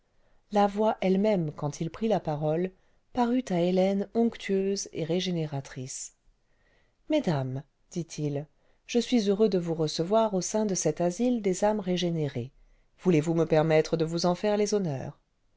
la voix elle-même quand il prit la parole parut à hélène onctueuse et régénératrice ce mesdames dit-il je suis heureux de vous recevoir an sein de cet asile des âmes régénérées voulez-vous me permettre de vous en faire les honneurs